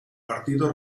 partido